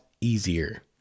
easier